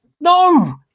no